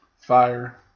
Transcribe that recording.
Fire